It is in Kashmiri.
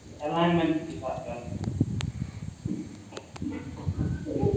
ایلایِنمٮ۪نٛٹ تہِ چھِ اَتھ کَرٕنۍ